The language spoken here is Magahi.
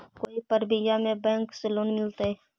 कोई परबिया में बैंक से लोन मिलतय?